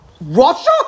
Russia